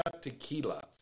Tequila